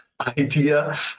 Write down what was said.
idea